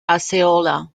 osceola